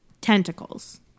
Tentacles